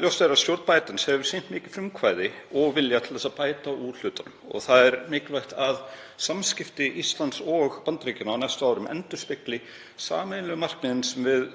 Ljóst er að stjórn Bidens hefur sýnt mikið frumkvæði og vilja til að bæta úr hlutunum og það er mikilvægt að samskipti Íslands og Bandaríkjanna á næstu árum endurspegli þau sameiginlegu markmið sem við